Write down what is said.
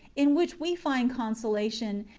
in which we find consolation,